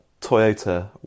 Toyota